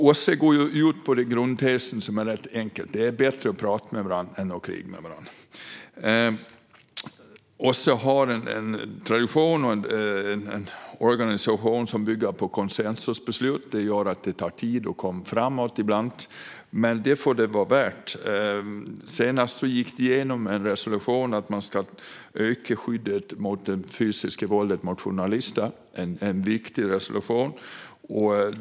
OSSE går ut på en rätt enkel grundtes: Det är bättre att prata med varandra än att kriga med varandra. OSSE har en tradition och organisation som bygger på konsensusbeslut. Det gör att det tar tid att komma framåt ibland, men det får det vara värt. Senast gick en resolution igenom om att man ska öka skyddet mot det fysiska våldet mot journalister. Det är en viktig resolution.